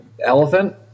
elephant